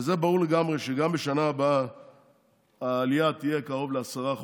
וזה ברור לגמרי שגם בשנה הבאה העלייה תהיה קרוב ל-10%,